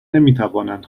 نمیتوانند